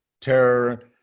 terror